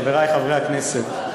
חברי חברי הכנסת,